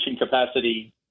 capacity